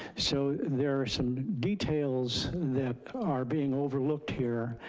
so there are some details that are being overlooked here.